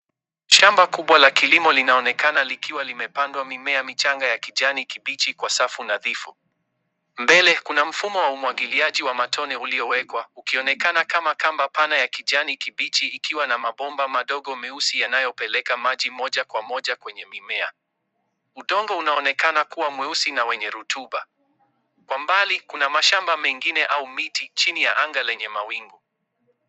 Shamba kubwa la kilimo linaonekana likiwa limepandwa mimea michanga ya kijani kibichi kwa safu nadhifu. Mbele kuna mfumo wa umwagiliaji wa matone uliyowekwa ukionekana kama kamba pana ya kijani kibichi ikiwa na mabomba madogo meusi yanayopeleka maji moja kwa moja kwenye mimea. Udongo unaonekana kuwa mweusi na wenye rotuba. Kwa mbali kuna mashamba mengine au miti chini ya anga lenye mawingu.